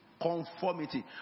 conformity